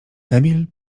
emil